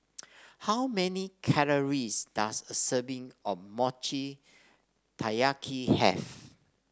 how many calories does a serving of Mochi Taiyaki have